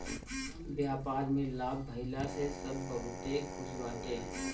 व्यापार में लाभ भइला से सब बहुते खुश बाटे